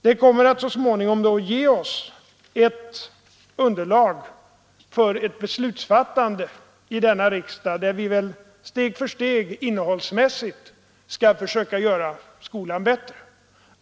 Den kommer att så småningom ge oss ett underlag för ett beslutsfattande i denna riksdag, där vi steg för steg — innehållsmässigt — skall försöka göra skolan bättre.